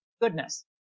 Goodness